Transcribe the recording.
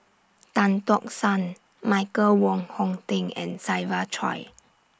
Tan Tock San Michael Wong Hong Teng and Siva Choy